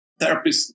therapists